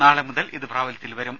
നാളെ മുതൽ ഇത് പ്രാബല്യത്തിൽ വരും